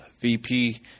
VP